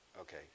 Okay